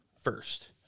first